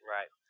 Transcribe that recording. Right